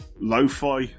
lo-fi